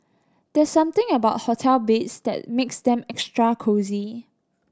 there's something about hotel beds that makes them extra cosy